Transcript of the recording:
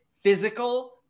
physical